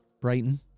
Brighton